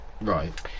right